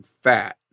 fat